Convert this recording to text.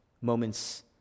moments